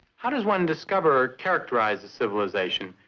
how does one discover or characterize a civilization?